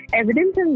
evidence